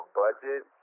budget